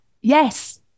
yes